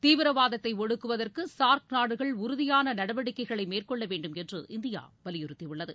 தீவிரவாதத்தை ஒடுக்குவதற்கு சார்க் நாடுகள் உறுதியான நடவடிக்கைகளை மேற்கொள்ள வேண்டும் என்று இந்தியா வலியுறுத்தியுள்ளது